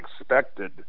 expected